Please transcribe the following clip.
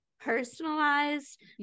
Personalized